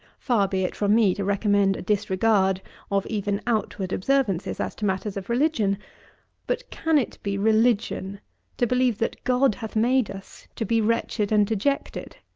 far be it from me to recommend a disregard of even outward observances as to matters of religion but, can it be religion to believe that god hath made us to be wretched and dejected?